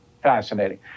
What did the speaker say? fascinating